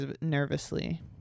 nervously